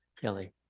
Kelly